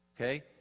Okay